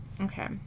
Okay